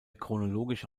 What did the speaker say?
chronologische